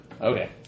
Okay